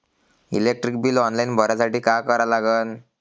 Electric bill online भरासाठी का करा लागन?